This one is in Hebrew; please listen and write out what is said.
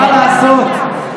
מה לעשות,